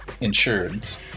insurance